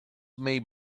may